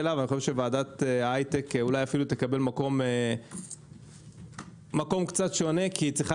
ו-וועדת ההייטק אולי תקבל מקום קצת שונה כי צריכה